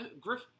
Griff